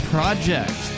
Project